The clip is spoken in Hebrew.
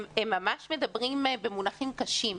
הם ממש מדברים במונחים קשים.